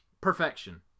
perfection